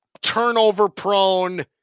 turnover-prone